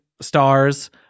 stars